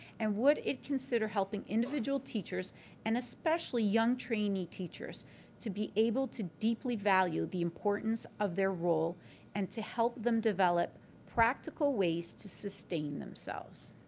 and would it consider helping individual teachers and especially young trainee teachers to be able to deeply value the importance of their role and to help them develop practical ways to sustain themselves?